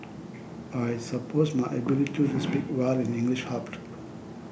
I suppose my ability to speak well in English helped